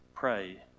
Pray